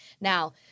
now